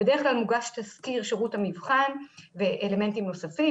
בדרך כלל מוגש תזכיר שירות המבחן ואלמנטים נוספים,